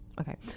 okay